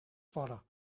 father